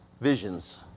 visions